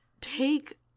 take